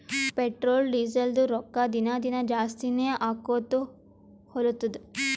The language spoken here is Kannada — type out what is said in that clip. ಪೆಟ್ರೋಲ್, ಡೀಸೆಲ್ದು ರೊಕ್ಕಾ ದಿನಾ ದಿನಾ ಜಾಸ್ತಿನೇ ಆಕೊತ್ತು ಹೊಲತ್ತುದ್